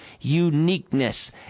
uniqueness